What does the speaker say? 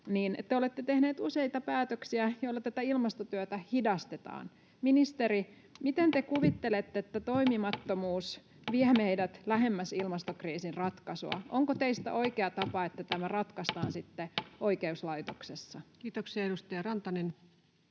te olette tehneet useita päätöksiä, joilla tätä ilmastotyötä hidastetaan. Ministeri, miten te kuvittelette, että toimimattomuus vie meidät lähemmäs ilmastokriisin ratkaisua? Onko teistä oikea tapa, että tämä ratkaistaan sitten oikeuslaitoksessa? [Speech 304] Speaker: